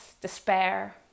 despair